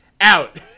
Out